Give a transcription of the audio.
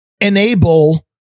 enable